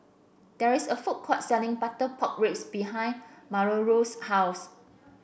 there is a food court selling Butter Pork Ribs behind Milagros' house